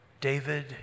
David